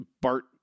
Bart